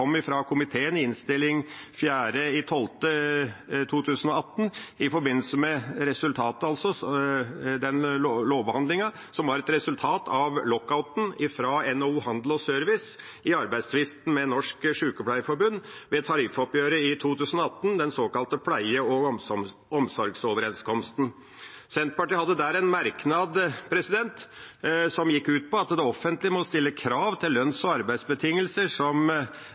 komiteen den 6. desember 2018 – et resultat av lockouten fra NHO Service og Handel i arbeidstvisten med Norsk Sykepleierforbund ved tariffoppgjøret i 2018, den såkalte pleie- og omsorgsoverenskomsten. Senterpartiet hadde der en merknad som gikk ut på at «det offentlige må stille samme krav til lønns- og arbeidsbetingelser som